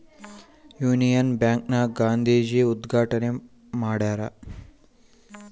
Union Bank ನ ಗಾಂಧೀಜಿ ಉದ್ಗಾಟಣೆ ಮಾಡ್ಯರ